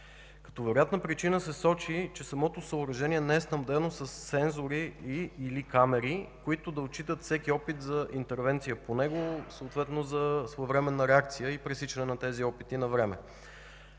Като вероятна причина се сочи, че самото съоръжение не е снабдено със сензори и/или камери, които да отчитат всеки опит за интервенция по него, съответно за своевременна реакция и пресичане на тези опити навреме.